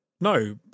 No